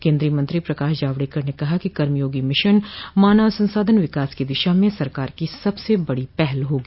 केंद्रीय मंत्री प्रकाश जावडेकर ने कहा कि कर्मयोगी मिशन मानव ससाधन विकास की दिशा में सरकार की सबसे बड़ी पहल होगी